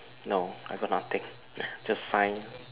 no I got nothing just sign